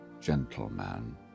gentleman